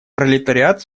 пролетариат